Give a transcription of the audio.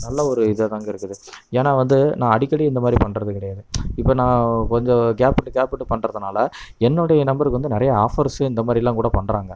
நல்ல ஒரு இதாதாங்க இருக்குது ஏன்னா வந்து நான் அடிக்கடி இந்தமாதிரி பண்ணுறது கிடையாது இப்போ நான் கொஞ்சம் கேப் விட்டு கேப் விட்டு பண்ணுறதுனால என்னுடைய நம்பருக்கு வந்து நிறைய ஆஃபர்ஸு இந்த மாதிரிலாம் கூட பண்ணுறாங்க